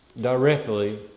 directly